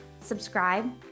subscribe